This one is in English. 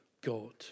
God